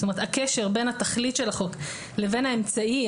זאת אומרת הקשר בין התכלית של החוק לבין האמצעי,